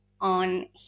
on